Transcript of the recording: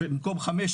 במקום חמש,